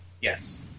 Yes